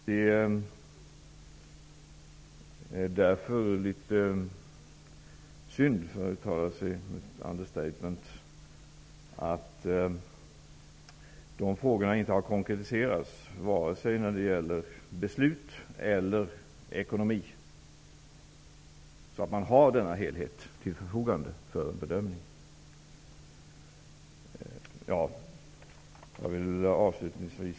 Det är därför litet synd -- för att ta till ett understatement -- att de frågorna inte har konkretiserats när det gäller vare sig beslut eller ekonomi. Om det hade skett skulle man ha haft denna helhet till förfogande för bedömning.